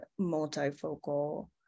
multifocal